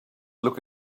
look